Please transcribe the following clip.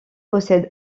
possède